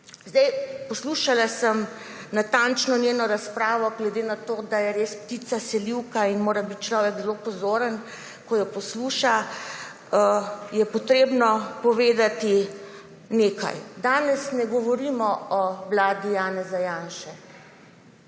sem poslušala njeno razpravo. Glede na to, da je res ptica selivka in mora biti človek zelo pozoren, ko jo posluša, je treba povedati naslednje. Danes ne govorimo o vladi Janeza Janše,